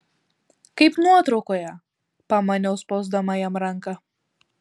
kaip nuotraukoje pamaniau spausdama jam ranką